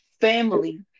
family